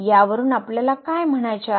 यावरून आपल्याला काय म्हणायचे आहे